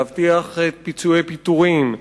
להבטיח פיצויי פיטורים,